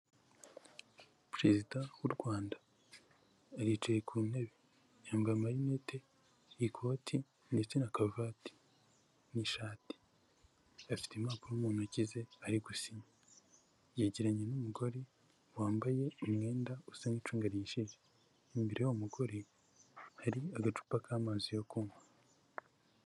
Perezida w'u Rwanda, aricaye ku ntebe, yambaye amarinete, ikoti ndetse na karuvati n'ishati, afite impapuro mu ntoki ze arigusinya. Yegeranye n'umugore wambaye umwenda usa n'icunga rihishije. Imbere y'uwo mugore hari agacupa k'amazi yo kunywa.